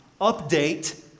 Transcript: update